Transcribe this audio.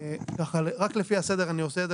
רק לפי הסדר אני עושה את זה,